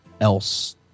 else